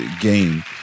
game